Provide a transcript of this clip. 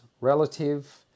relative